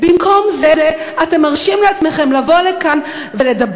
במקום זה אתם מרשים לעצמכם לבוא לכאן ולומר